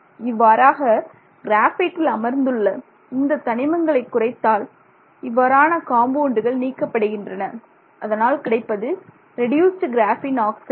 இவ்வாறாக கிராபைட்டில் அமர்ந்துள்ள இந்த தனிமங்களை குறைத்தால் இவ்வாறான காம்பவுண்டுகள் நீக்கப்படுகின்றன அதனால் கிடைப்பது ரெடியூசுடு கிராஃபீன் ஆக்சைடு